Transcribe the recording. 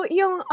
yung